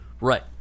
Right